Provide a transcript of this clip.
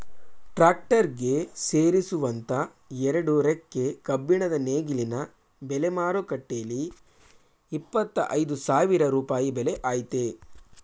tractor ಗೆ ಸೇರಿಸುವಂತ ಎರಡು ರೆಕ್ಕೆ ಕಬ್ಬಿಣದ ನೇಗಿಲಿನ ಬೆಲೆ ಮಾರುಕಟ್ಟೆಲಿ ಇಪ್ಪತ್ತ ಐದು ಸಾವಿರ ರೂಪಾಯಿ ಬೆಲೆ ಆಯ್ತೆ